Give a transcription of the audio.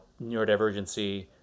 neurodivergency